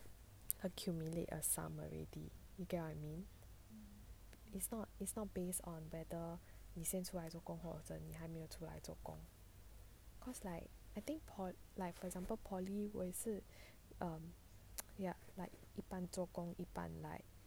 accumulate a sum already you get what I mean it's not it's not based on whether 你先出来做工或者你还没有出来做工 cause like I think poly like for example poly 我也是 um ya like 一半做工一半 like